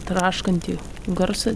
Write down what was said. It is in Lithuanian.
traškantį garsą